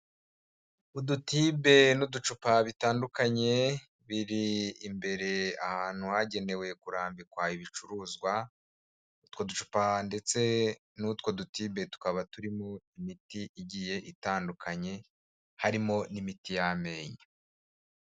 Udutibe n'uducupa bitandukanye, biri imbere ahantu hagenewe kurambikwa ibicuruzwa, utwoducupa ndetse n'utwo dutibe tukaba turimo imiti igiye itandukanye, harimo n'imiti y'amenyo.